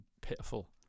pitiful